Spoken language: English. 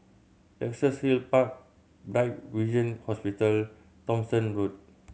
Luxus Hill Park Bright Vision Hospital Thomson Road